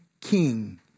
king